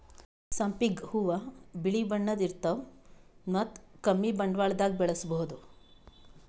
ಸಂಪಿಗ್ ಹೂವಾ ಬಿಳಿ ಬಣ್ಣದ್ ಇರ್ತವ್ ಮತ್ತ್ ಕಮ್ಮಿ ಬಂಡವಾಳ್ದಾಗ್ ಬೆಳಸಬಹುದ್